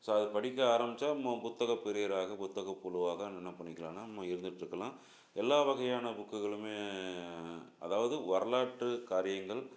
so அது படிக்க ஆரம்மிச்சா மு புத்தக பிரியராக புத்தக புழுவாக நம்ம என்ன பண்ணிக்கலான்னா நம்ம இருந்துகிட்ருக்கலாம் எல்லா வகையான புக்குகளுமே அதாவது வரலாற்று காரியங்கள்